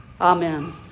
Amen